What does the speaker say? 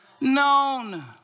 Known